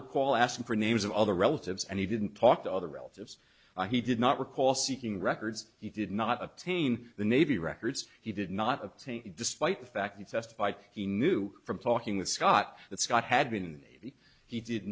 recall asking for names of other relatives and he didn't talk to other relatives he did not recall seeking records he did not obtain the navy records he did not obtain despite the fact he testified he knew from talking with scott that scott had been he did